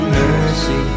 mercy